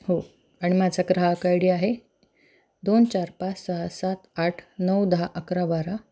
हो आणि माझा ग्राहक आय डी आहे दोन चार पाच सहा सात आठ नऊ दहा अकरा बारा